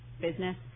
business